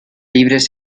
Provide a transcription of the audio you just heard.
libres